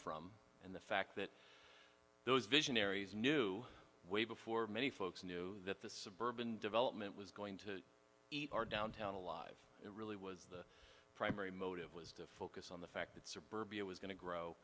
from and the fact that those visionaries new way before many folks knew that the suburban development was going to eat our downtown alive it really was the primary motive was difficult on the fact that suburbia was going to grow